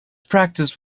practice